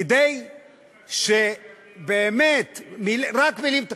כדי שבאמת, באמת, רק מילים טובות.